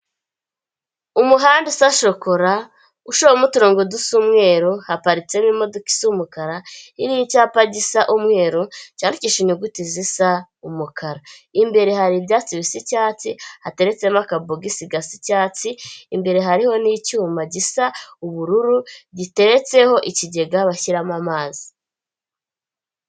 Umuhanda usa, shokora ushoramo uturongo dusamweruru haparitsemo imodoka isa umukara. Iriho icyapa gisa umweru cyakishe inyuguti zisa umukara imbere hari ibyatsi bisa icyatsi. Hateretsemo akabosu gasa icyatsi, imbere hariho n'icyuma gisa ubururu giteretseho ikigega bashyiramo amazi.